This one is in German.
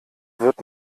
wird